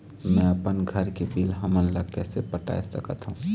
मैं अपन घर के बिल हमन ला कैसे पटाए सकत हो?